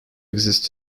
exists